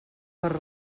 per